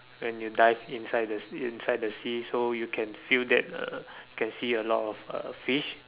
when you dive inside the inside the sea so you can feel that uh you can see a lot of uh fish